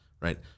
Right